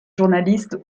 journalistes